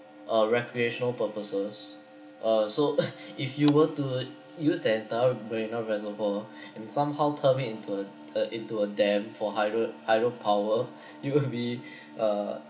uh recreational purposes uh so if you were to use that entire marina reservoir and somehow turn it into a uh into a dam for hydro hydro power it will be uh